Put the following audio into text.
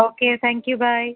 okay thank you bye